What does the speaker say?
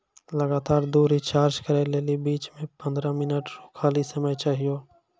लगातार दु रिचार्ज करै लेली बीच मे पंद्रह मिनट रो खाली समय चाहियो